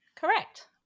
correct